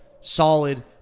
solid